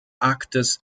arktis